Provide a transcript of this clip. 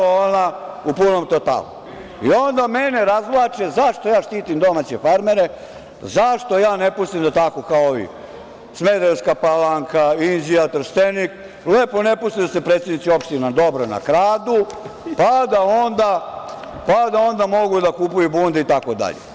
Ona u punom totalu i onda mene razvlače zašto ja štitim domaće farmere, zašto ja ne pustim da tako kao Smederevska Palanka, Trstenik, lepo ne pustim da se predsednici opština dobro nakradu, pa da onda mogu da kupuju bunde itd.